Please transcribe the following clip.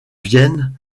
vienne